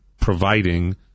providing